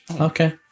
Okay